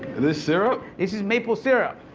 this syrup? this is maple syrup.